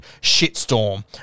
shitstorm